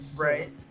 Right